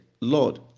Lord